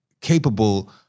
capable